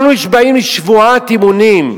אנחנו נשבעים שבועת אמונים.